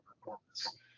performance